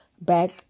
back